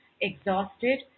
exhausted